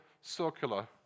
circular